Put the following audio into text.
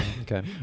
Okay